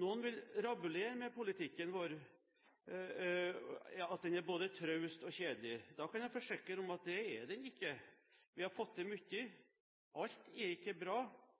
Noen vil raljere over at politikken vår både er traust og kjedelig. Da kan jeg forsikre om at det er den ikke. Vi har fått til mye, men alt er ikke bra.